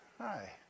Hi